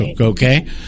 okay